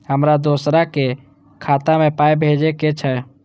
हमरा दोसराक खाता मे पाय भेजे के छै?